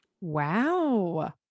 Wow